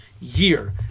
year